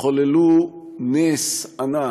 שחוללו נס ענק,